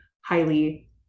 highly